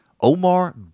Omar